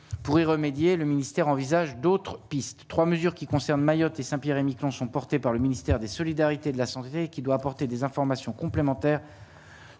pour y remédier, le ministère envisage d'autres pistes, 3 mesures qui concernent Mayotte et Saint-Pierre-et-Miquelon sont portées par le ministère des solidarités, de la santé qui doit apporter des informations complémentaires